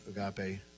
agape